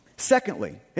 Secondly